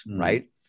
right